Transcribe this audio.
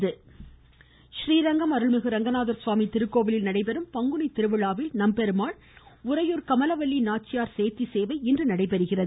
ம் ம் ம் ம் ம கோவில் ரீரங்கம் அருள்மிகு அரங்கநாதர் சுவாமி திருக்கோவிலில் நடைபெறும் பங்குனி திருவிழாவில் நம்பெருமாள் உறையூர் கமலவல்லி நாச்சியார் சேர்த்தி சேவை இன்று நடைபெறுகிறது